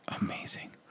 Amazing